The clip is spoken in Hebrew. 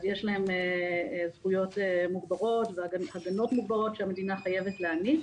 אז יש להם זכויות מוגברות והגנות מוגברות שהמדינה חייבת להעניק.